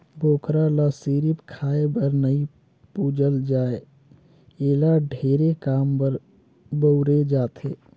बोकरा ल सिरिफ खाए बर नइ पूजल जाए एला ढेरे काम बर बउरे जाथे